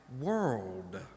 world